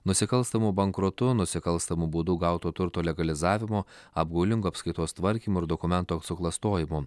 nusikalstamu bankrotu nusikalstamu būdu gauto turto legalizavimu apgaulingu apskaitos tvarkymu ir dokumentų suklastojimu